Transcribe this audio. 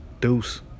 Deuce